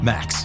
Max